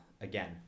Again